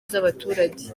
z’abaturage